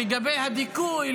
לגבי הדיכוי,